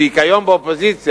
שהיא כיום באופוזיציה,